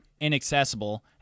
inaccessible